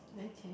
okay